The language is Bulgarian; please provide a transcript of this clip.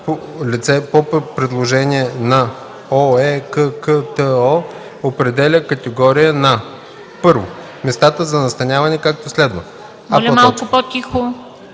по предложение на ОЕККТО определя категория на: 1. местата за настаняване, както следва: а) хотели